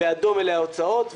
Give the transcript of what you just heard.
אדום אלה ההוצאות.